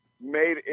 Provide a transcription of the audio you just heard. made